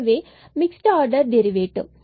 எனவே mixed order derivative